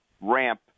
ramp